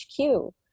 HQ